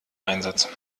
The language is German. einsatz